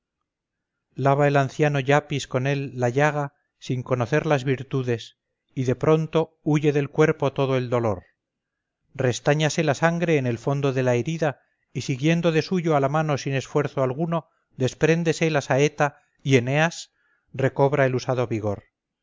el anciano iapis con él la llaga sin conocer las virtudes y de pronto huye del cuerpo todo el dolor restáñase la sangre en el fondo de la herida y siguiendo de suyo a la mano sin esfuerzo alguno despréndese la saeta y eneas recobra el usado vigor